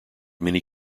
many